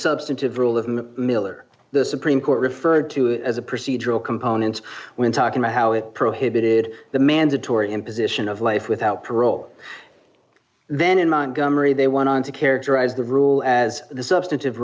substantive rule in the miller the supreme court referred to as a procedural components when talking about how it prohibited d the mandatory imposition of life without parole then in montgomery they went on to characterize the rule as the substantive